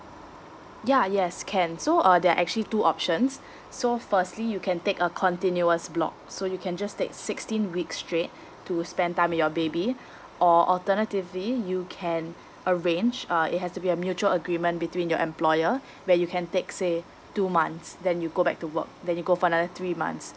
yeah yes can so uh there are actually two options so firstly you can take a continuous block so you can just take sixteen weeks straight to spend time with your baby or alternatively you can arrange uh it has to be a mutual agreement between your employer where you can take say two months then you go back to work then you go for another three months